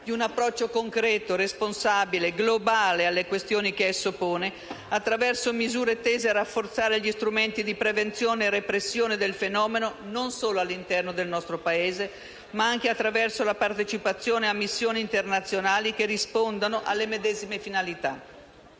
di un approccio concreto, responsabile e globale alle questioni che esso pone, attraverso misure tese a rafforzare gli strumenti di prevenzione e repressione del fenomeno non solo all'interno del nostro Paese, ma anche tramite la partecipazione a missioni internazionali che rispondano alle medesime finalità.